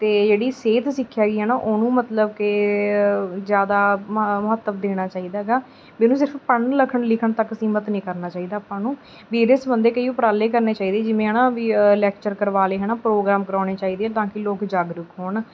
ਅਤੇ ਜਿਹੜੀ ਸਿਹਤ ਸਿੱਖਿਆ ਹੈਗੀ ਹੈ ਨਾ ਉਹਨੂੰ ਮਤਲਬ ਕਿ ਜ਼ਿਆਦਾ ਮ ਮਹੱਤਵ ਦੇਣਾ ਚਾਹੀਦਾ ਗਾ ਵੀ ਉਹਨੂੰ ਸਿਰਫ ਪੜ੍ਹਨ ਲੱਖਣ ਲਿਖਣ ਤੱਕ ਸੀਮਤ ਨਹੀਂ ਕਰਨਾ ਚਾਹੀਦਾ ਆਪਾਂ ਨੂੰ ਵੀ ਇਹਦੇ ਸੰਬੰਧੀ ਕਈ ਉਪਰਾਲੇ ਕਰਨੇ ਚਾਹੀਦੇ ਜਿਵੇਂ ਹੈ ਨਾ ਵੀ ਲੈਕਚਰ ਕਰਵਾ ਲਏ ਹੈ ਨਾ ਪ੍ਰੋਗਰਾਮ ਕਰਵਾਉਣੇ ਚਾਹੀਦੇ ਤਾਂ ਕਿ ਲੋਕ ਜਾਗਰੂਕ ਹੋਣ